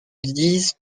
dise